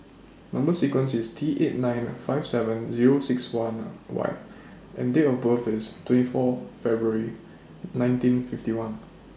Number sequence IS T eight nine five seven Zero six one Y and Date of birth IS twenty four February nineteen fifty one